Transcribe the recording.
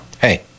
hey